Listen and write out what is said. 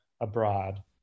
abroad